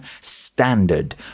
Standard